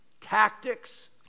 tactics